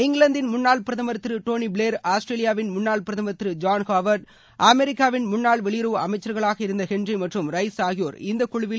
இங்கிலாந்தின் முன்னாள் பிரதமர் திரு டோனி பிளேர் ஆஸ்திரேலியாவின் முன்னாள் பிரதமர் திரு ஜாள் ஹாவர்ட் அமெரிக்காவின் முன்னாள் வெளியுறவு அமைச்சர்களாக இருந்த ஹன்ரி சிங்கர் காண்டலிஸா ரைஸ் ஆகியோர் இந்த குழுவில்